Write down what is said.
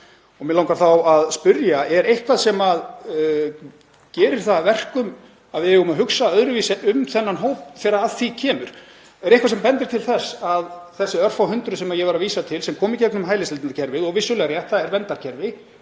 og mig langar þá að spyrja: Er eitthvað sem gerir það að verkum að við eigum að hugsa öðruvísi um þennan hóp þegar að því kemur? Er eitthvað sem bendir til þess að þessi örfáu hundruð sem ég var að vísa til, sem koma í gegnum hælisleitendakerfið og vissulega er rétt að það er verndarkerfi,